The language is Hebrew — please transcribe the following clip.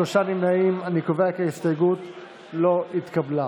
הציונות הדתית לפני סעיף 1 לא נתקבלה.